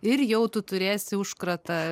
ir jau tu turėsi užkratą